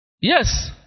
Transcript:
Yes